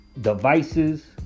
devices